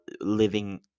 living